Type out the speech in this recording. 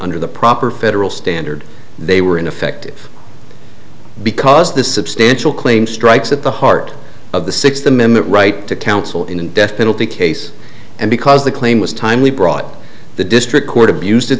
under the proper federal standard they were ineffective because the substantial claim strikes at the heart of the sixth amendment right to counsel in a death penalty case and because the claim was timely brought up the district court abus